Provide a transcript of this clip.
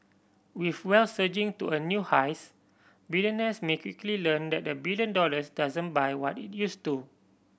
with wealth surging to a new highs billionaires may quickly learn that a billion dollars doesn't buy what it used to